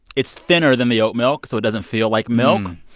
it's thinner than the oat milk, so it doesn't feel like milk. um